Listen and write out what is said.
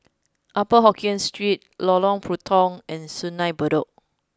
upper Hokkien Street Lorong Puntong and Sungei Bedok